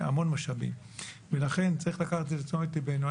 המון משאבים ולכן צריך לקחת את זה לתשומת לבנו.